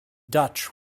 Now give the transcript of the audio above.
dutch